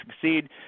succeed